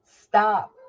stop